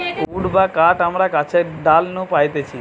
would বা কাঠ আমরা গাছের ডাল নু পাইতেছি